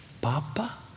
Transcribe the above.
Papa